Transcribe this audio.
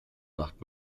macht